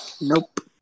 Nope